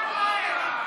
בא לציון גואל.